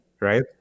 right